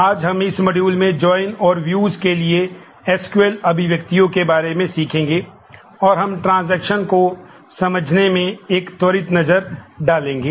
आज हम इस मॉड्यूल को समझने में एक त्वरित नज़र डालेंगे